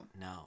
No